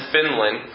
Finland